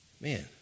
man